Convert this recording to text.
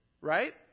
right